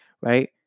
Right